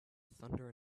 thunder